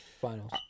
finals